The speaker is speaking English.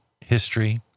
history